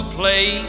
play